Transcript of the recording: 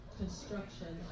construction